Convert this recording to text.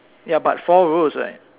ya but four rows right